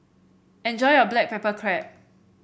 enjoy your Black Pepper Crab